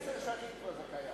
עשר שנים כבר זה קיים.